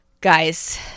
Guys